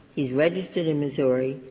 he's registered in missouri.